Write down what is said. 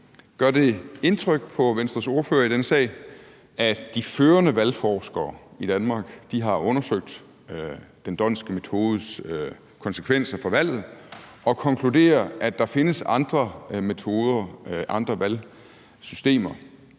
Gør det indtryk på Venstres ordfører i denne sag, at de førende valgforskere i Danmark har undersøgt den d'Hondtske metodes konsekvenser for valget og konkluderer, at der findes andre metoder,